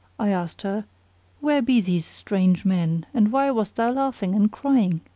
i asked her where be these strange men and why wast thou laughing, and crying?